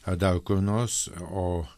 ar dar kur nors o